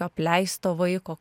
apleisto vaiko